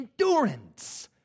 endurance